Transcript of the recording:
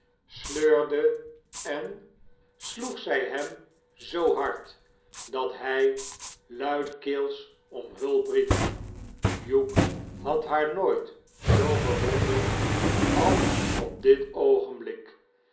sleurde en sloeg zij hem zoo hard dat hij luidkeels om hulp riep hugh had haar nooit zoo bewonderd als op dit oogenblik